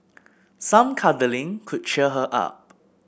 some cuddling could cheer her up